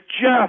Jeff